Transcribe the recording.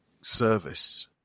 service